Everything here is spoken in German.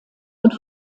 und